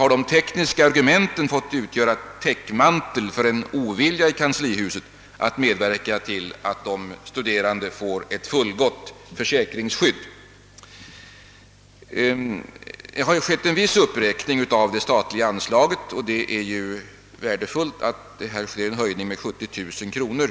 Har de tekniska argumenten fått utgöra täckmantel för en ovilja i kanslihuset att medverka till att de studerande får ett fullgott försäkringsskydd? Det har ju skett en viss uppräkning av det statliga anslaget, och det är ju värdefullt, att det här sker en höjning av anslaget med 70 000 kronor.